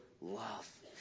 love